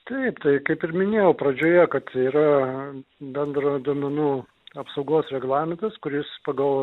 taip tai kaip ir minėjau pradžioje kad yra bendro duomenų apsaugos reglamentas kuris pagal